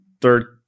third